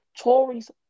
Tories